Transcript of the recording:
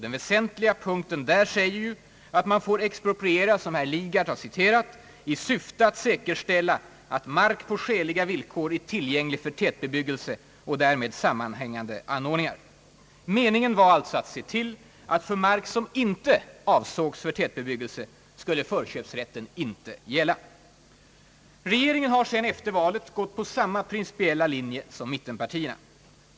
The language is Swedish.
Den väsentliga punkten i denna lag säger att man får expropriera — som herr Lidgard har citerat — »i syfte att säkerställa att mark på skäliga villkor är tillgänglig för tätbebyggelse och därmed sammanhängande :anordningar». Meningen var alltså att se till: att för mark som inte avsågs för tätbebyggelse skulle förköpsrätten:; inte: gälla. Regeringen har sedan, efter valet, gått på samma principiella linje som mittenpartierna.